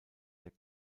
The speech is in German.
der